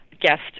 guest